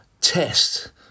test